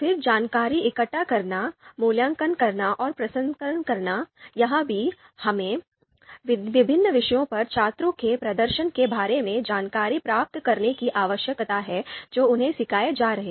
फिर जानकारी इकट्ठा करना मूल्यांकन करना और प्रसंस्करण करना यहां भी हमें विभिन्न विषयों पर छात्रों के प्रदर्शन के बारे में जानकारी प्राप्त करने की आवश्यकता है जो उन्हें सिखाए जा रहे हैं